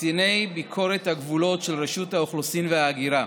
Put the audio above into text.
לקציני ביקורת הגבולות של רשות האוכלוסין וההגירה,